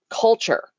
culture